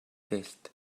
test